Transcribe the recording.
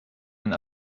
and